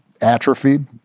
atrophied